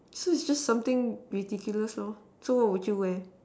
so it's just something ridiculous lor so what would you wear